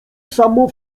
samo